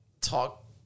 talk